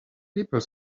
people